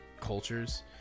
cultures